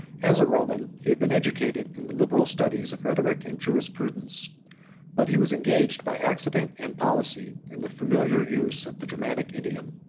as a roman, he had been educated in the liberal studies of rhetoric and jurisprudence but he was engaged by accident and policy in the familiar use of the germanic idiom.